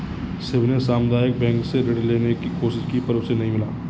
शिव ने सामुदायिक बैंक से ऋण लेने की कोशिश की पर उसे नही मिला